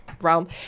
realm